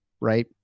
right